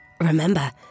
Remember